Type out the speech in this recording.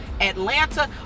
Atlanta